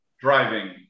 driving